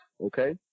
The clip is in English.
Okay